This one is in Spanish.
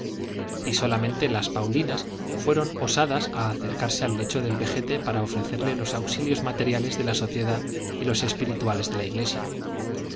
y solamente las paulinas fueron osadas a acercarse al lecho del vejete para ofrecerle los auxilios materiales de la sociedad y los espirituales de la iglesia